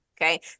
Okay